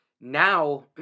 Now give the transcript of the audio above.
Now